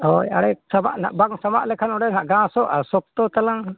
ᱦᱳᱭ ᱟᱲᱮ ᱥᱟᱢᱟᱜ ᱱᱟᱦᱟᱜ ᱵᱟᱝ ᱥᱟᱢᱟᱜ ᱞᱮᱠᱷᱟᱱ ᱚᱸᱰᱮ ᱦᱟᱜ ᱜᱷᱟᱥᱚᱜᱼᱟ ᱥᱚᱠᱛᱚ ᱛᱟᱞᱟᱝ